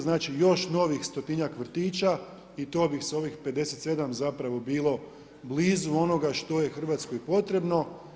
Znači još novih 100-tinjak vrtića i to bi s ovih 57 zapravo bilo blizu onoga što je Hrvatskoj potrebno.